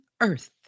earth